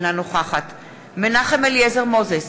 אינה נוכחת מנחם אליעזר מוזס,